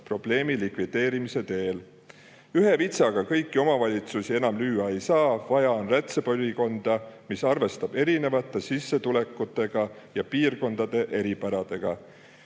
probleemi likvideerimise teel. Ühe vitsaga kõiki omavalitsusi enam lüüa ei saa. Vaja on rätsepaülikondi, mis arvestavad erinevate sissetulekutega ja piirkondade eripäradega.